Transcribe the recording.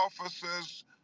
officers